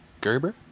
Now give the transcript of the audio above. gerber